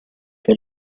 che